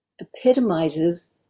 epitomizes